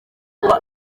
kuba